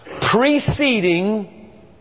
preceding